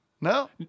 No